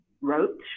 wrote